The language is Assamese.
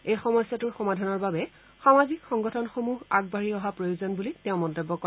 এই সমস্যাটোৰ সমাধানৰ বাবে সামাজিক সংগঠনসমূহ আগবাঢ়ি অহাৰ প্ৰয়োজন বুলি তেওঁ মন্তব্য কৰে